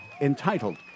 entitled